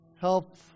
help